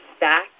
back